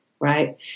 right